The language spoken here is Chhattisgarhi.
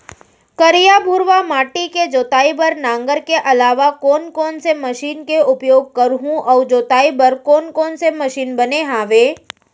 करिया, भुरवा माटी के जोताई बर नांगर के अलावा कोन कोन से मशीन के उपयोग करहुं अऊ जोताई बर कोन कोन से मशीन बने हावे?